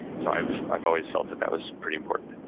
so i've i've always felt that that was pretty important.